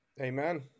Amen